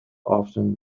often